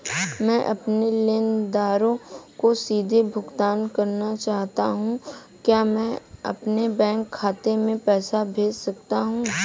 मैं अपने लेनदारों को सीधे भुगतान करना चाहता हूँ क्या मैं अपने बैंक खाते में पैसा भेज सकता हूँ?